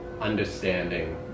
understanding